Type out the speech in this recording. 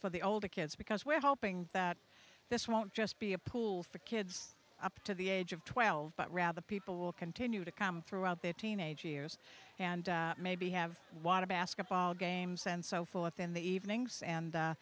for the older kids because we're hoping that this won't just be a pool for kids up to the age of twelve but rather people will continue to calm throughout their teenage years and maybe have water basketball games and so forth in the evenings and